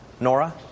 Nora